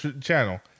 channel